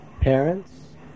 parents